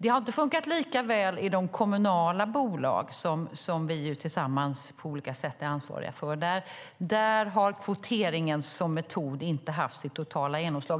De har inte funkat lika väl i de kommunala bolag som vi tillsammans på olika sätt är ansvariga för. Där har kvoteringen som metod inte haft sitt totala genomslag.